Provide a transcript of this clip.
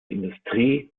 industrie